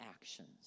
actions